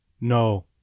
No